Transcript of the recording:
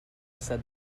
said